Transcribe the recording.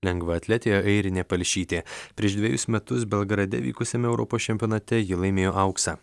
lengvaatletė airinė palšytė prieš dvejus metus belgrade vykusiame europos čempionate ji laimėjo auksą